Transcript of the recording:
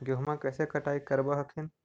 गेहुमा कैसे कटाई करब हखिन?